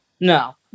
No